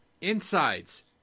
insides